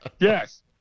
Yes